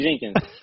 Jenkins